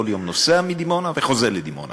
כל יום נוסע מדימונה וחוזר לדימונה.